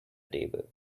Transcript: table